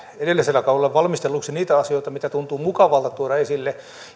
edellisellä kaudella valmistelluksi niitä asioita mitkä tuntuvat mukavilta tuoda esille